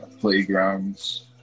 Playgrounds